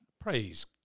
Praise